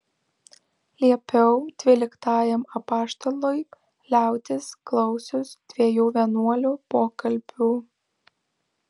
liepiau dvyliktajam apaštalui liautis klausius dviejų vienuolių pokalbių